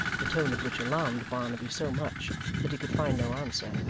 the tone of which alarmed barnaby so much that he could find no answer,